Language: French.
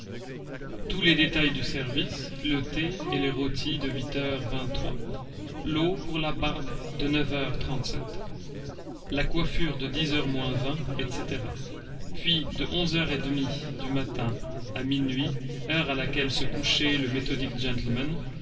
tous les détails du service le thé et les rôties de huit heures vingt-trois l'eau pour la barbe de neuf heures trente-sept la coiffure de dix heures moins vingt etc puis de onze heures et demie du matin à minuit heure à laquelle se couchait le méthodique gentleman